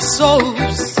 souls